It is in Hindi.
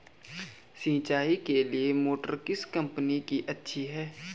सिंचाई के लिए मोटर किस कंपनी की अच्छी है?